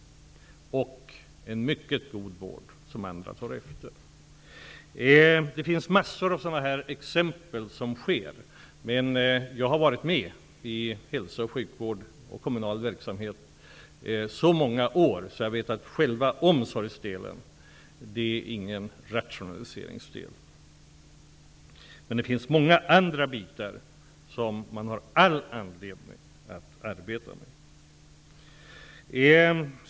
Man ger där en mycket god vård, som andra tar efter. Det finns massor av exempel på effektiviseringar. Jag har varit med inom hälso och sjukvård och kommunal verksamhet i så många år att jag vet att själva omsorgsdelen inte är någon rationaliseringsdel. Men det finns många andra delar som man har all anledning att arbeta med.